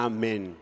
Amen